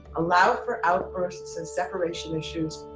allow for outbursts and separation issues